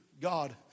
God